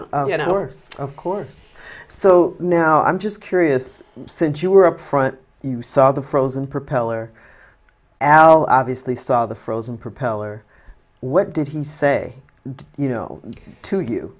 worse of course so now i'm just curious since you were up front you saw the frozen propeller al obviously saw the frozen propeller what did he say you know to you